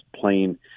plain